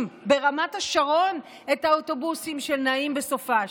ברמת השרון את האוטובוסים של נעים בסופ"ש.